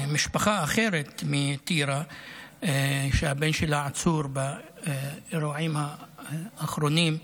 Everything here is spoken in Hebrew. משפחה אחרת מטירה שהבן שלה עצור באירועים האחרונים,